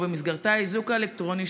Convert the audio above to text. ובמסגרתה האיזוק האלקטרוני,